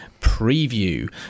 preview